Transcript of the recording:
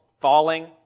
falling